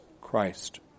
Christ